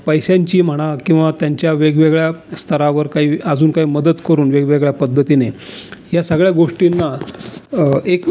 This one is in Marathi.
पैशांची म्हणा किंवा त्यांच्या वेगवेगळ्या स्तरावर काही अजून काही मदत करून वेगवेगळ्या पद्धतीने या सगळ्या गोष्टींना एक